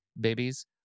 babies